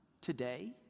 today